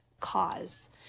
cause